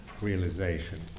realization